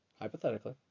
hypothetically